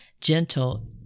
gentle